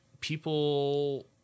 people